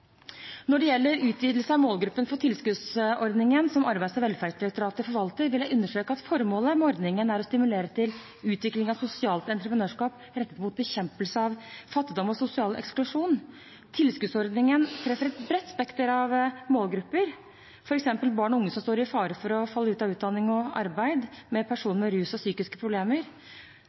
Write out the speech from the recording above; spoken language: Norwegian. Når det gjelder utvidelse av målgruppen for tilskuddsordningen som Arbeids- og velferdsdirektoratet forvalter, vil jeg understreke at formålet med ordningen er å stimulere til utvikling av sosialt entreprenørskap rettet mot bekjempelse av fattigdom og sosial eksklusjon. Tilskuddsordningen treffer et bredt spekter av målgrupper, f.eks. barn og unge som står i fare for å falle ut av utdanning og arbeid, og personer med rus- og psykiske problemer.